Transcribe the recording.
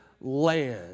land